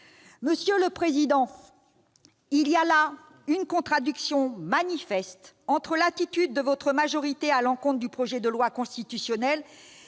C'est la règle ! Il y a une contradiction manifeste entre l'attitude de votre majorité à l'encontre du projet de loi constitutionnelle